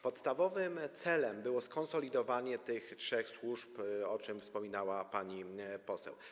Podstawowym celem było skonsolidowanie tych trzech służb, o czym wspominała pani poseł.